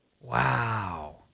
Wow